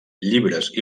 llibres